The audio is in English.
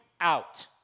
out